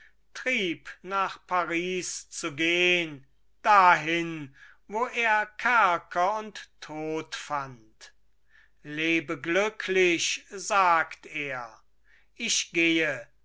trieb nach paris zu gehn dahin wo er kerker und tod fand lebe glücklich sagt er ich gehe